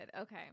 Okay